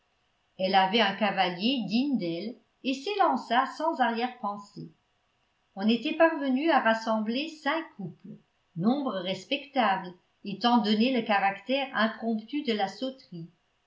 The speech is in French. elle avait un cavalier digne d'elle et s'élança sans arrière-pensée on était parvenu à rassembler cinq couples nombre respectable étant donné le caractère impromptu de la sauterie